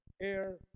air